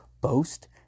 boast